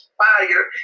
fire